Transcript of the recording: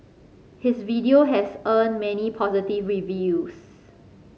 his video has earned many positive reviews